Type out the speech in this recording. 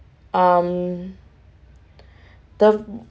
um the